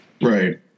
Right